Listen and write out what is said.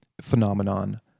phenomenon